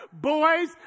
boys